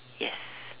yes